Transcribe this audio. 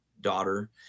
daughter